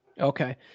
Okay